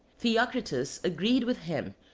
theocritus agreed with him,